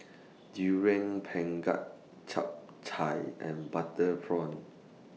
Durian Pengat Chap Chai and Butter Prawn